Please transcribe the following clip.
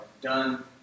done